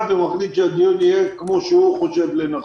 ומחליט שהדיון יהיה כפי שהוא חושב לנכון.